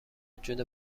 وجود